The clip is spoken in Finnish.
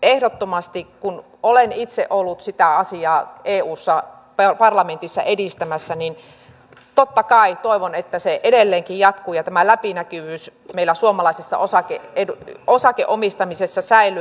ehdottomasti kun olen itse ollut sitä asiaa eussa parlamentissa edistämässä niin totta kai toivon että se edelleenkin jatkuu ja tämä läpinäkyvyys meillä suomalaisessa osakeomistamisessa säilyy